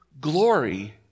glory